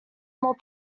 more